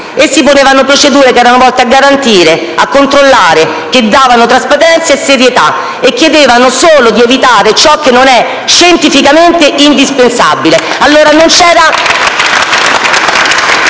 Essi proponevano procedure volte a garantire, a controllare, a dare trasparenza e serietà e chiedevano solo di evitare ciò che non è scientificamente indispensabile.